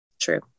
True